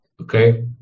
Okay